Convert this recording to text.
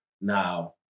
Now